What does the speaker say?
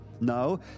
No